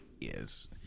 yes